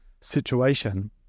situation